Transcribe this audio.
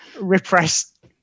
repressed